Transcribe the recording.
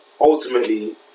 ultimately